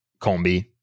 combi